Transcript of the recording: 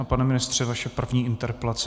Pane ministře, vaše první interpelace.